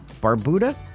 Barbuda